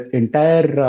entire